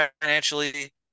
financially